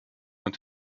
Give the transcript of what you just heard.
und